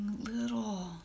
Little